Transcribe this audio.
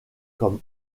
comme